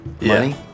Money